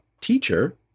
teacher